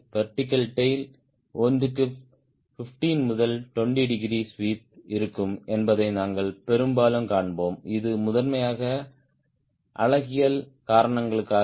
vertical tail ஒன்றுக்கு 15 முதல் 20 degree sweep இருக்கும் என்பதை நாங்கள் பெரும்பாலும் காண்போம் இது முதன்மையாக அழகியல் காரணங்களுக்காக